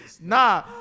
Nah